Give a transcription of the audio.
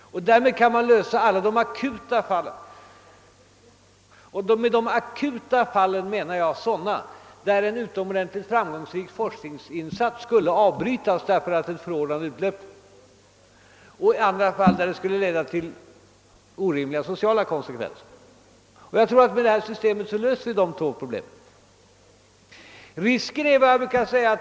På så sätt kan man klara alla de akuta fallen, och med akuta fall menar jag sådana där en utomordentligt framgångsrik = forskningsinsats skulle avbrytas därför att ett förordnande utlöper eller där det skulle uppstå orimliga sociala konsekvenser.